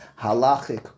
halachic